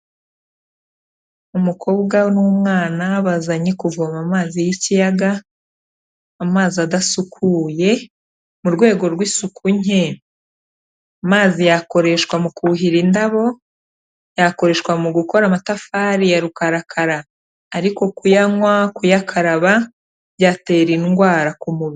Umukobwa n'umwana bazanye kuvoma amazi y'ikiyaga, amazi adasukuye mu rwego rw'isuku nke, amazi yakoreshwa mu kuhira indabo, yakoreshwa mu gukora amatafari ya rukarakara ariko kuyanywa, kuyakaraba, byatera indwara ku mubiri.